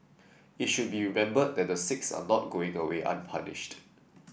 it should be remembered that the six are not going away unpunished